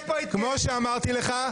יש פה --- כמו שאמרתי לך,